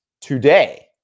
today